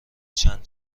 چند